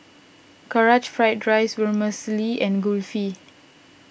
Karaage Fried Chicken Vermicelli and Kulfi